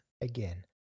again